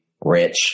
rich